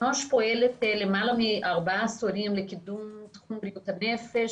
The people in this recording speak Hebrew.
אנוש פועלת למעלה מארבעה עשורים לקידום תחום בריאות הנפש,